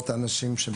כנסת.